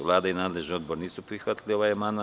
Vlada i nadležni odbor nisu prihvatili ovaj amandman.